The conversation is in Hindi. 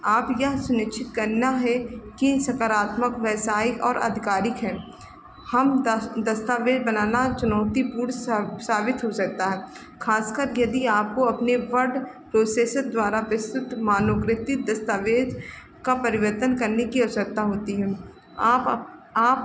आप यह सुनिचित करना है कि सकारात्मक व्यावसायिक और आधिकारिक है हम दस दस्तावेज बनाना चुनौतीपूर्ण सा साबित हो सकता है खासकर यदि आपको अपने द्वारा प्रेषित मानवकृत दस्तावेज़ का परिवर्तन करने की आवश्यकता होती है आप